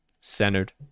centered